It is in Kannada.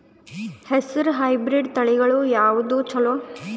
ಹೆಸರ ಹೈಬ್ರಿಡ್ ತಳಿಗಳ ಯಾವದು ಚಲೋ?